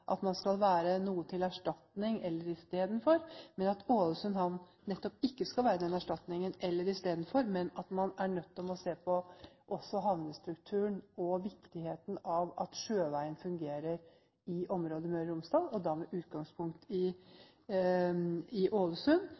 at Ålesund havn skal være til erstatning for noe, eller istedenfor noe, men at man er nødt til å se på havnestrukturen og viktigheten av at sjøveien fungerer i området Møre og Romsdal, og da med utgangspunkt i Ålesund